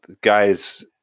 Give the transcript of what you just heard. Guys